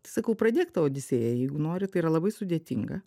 sakau pradėk tą odisėją jeigu nori tai yra labai sudėtinga